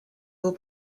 will